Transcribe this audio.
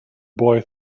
boy